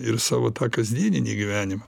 ir savo tą kasdieninį gyvenimą